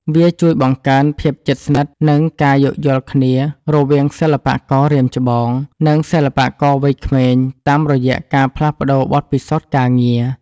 វាជួយបង្កើនភាពជិតស្និទ្ធ និងការយោគយល់គ្នារវាងសិល្បកររាមច្បង និងសិល្បករវ័យក្មេង តាមរយៈការផ្លាស់ប្តូរបទពិសោធន៍ការងារ។